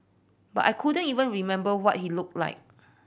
but I couldn't even remember what he looked like